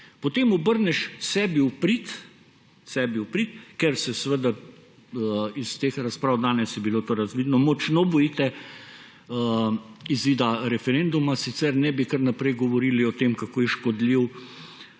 potem obrneš sebi v prid, ker se seveda iz teh razprav, danes je bilo to razvidno, močno bojite izida referenduma, sicer ne bi kar naprej govorili o tem, kako je škodljiv in